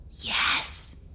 Yes